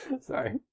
Sorry